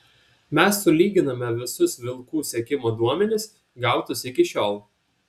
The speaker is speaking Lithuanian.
mes sulyginame visus vilkų sekimo duomenis gautus iki šiol